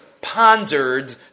pondered